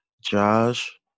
Josh